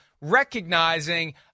recognizing